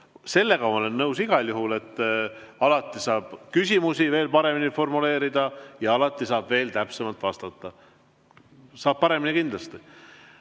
Sellega ma olen igal juhul nõus, et alati saab küsimusi veel paremini formuleerida ja alati saab veel täpsemalt vastata. Saab paremini kindlasti. Austatud